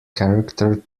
character